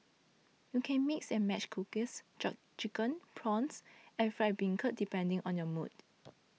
you can mix and match cockles churn chicken prawns and fried bean curd depending on your mood